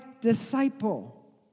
disciple